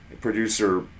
producer